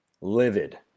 livid